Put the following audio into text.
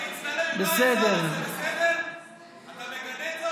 למה אתם לא עונה?